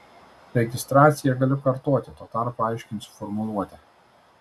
registraciją galiu kartoti tuo tarpu aiškinsiu formuluotę